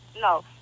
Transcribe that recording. No